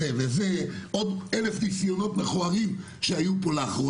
עוד אלף ניסיונות מאוחרים שהיו פה לאחרונה.